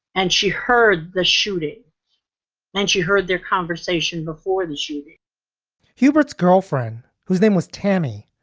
and she heard the shooting and she heard their conversation before the shooting hubert's girlfriend, whose name was tammy,